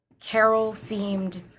Carol-themed